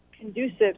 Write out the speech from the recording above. conducive